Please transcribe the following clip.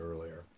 earlier